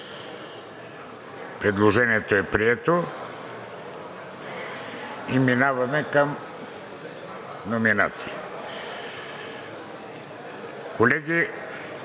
Предложението е прието. Преминаваме към номинации. Колеги,